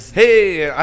hey